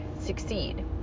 succeed